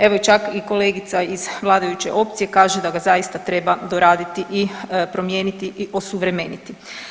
Evo, čak i kolegica iz vladajuće opcije kaže da ga zaista treba doraditi i promijeniti i osuvremeniti.